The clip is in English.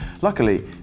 luckily